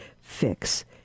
fix